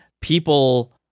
people